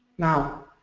now,